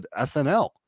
snl